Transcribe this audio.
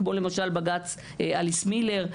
כמו למשל בג"צ אליס מילר,